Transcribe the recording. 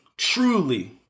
truly